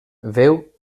veu